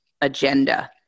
agenda